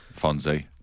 Fonzie